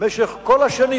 אדוני השר,